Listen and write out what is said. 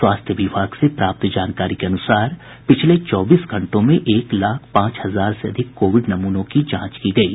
स्वास्थ्य विभाग से प्राप्त जानकारी के अनुसार पिछले चौबीस घंटों में एक लाख पांच हजार से अधिक कोविड नमूनों की जांच की गयी